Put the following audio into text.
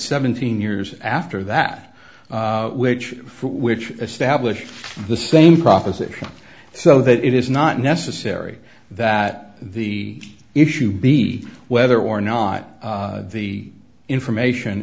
seventeen years after that which which established the same proposition so that it is not necessary that the issue be whether or not the information